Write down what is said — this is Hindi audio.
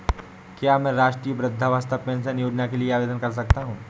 क्या मैं राष्ट्रीय वृद्धावस्था पेंशन योजना के लिए आवेदन कर सकता हूँ?